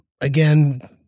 again